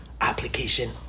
application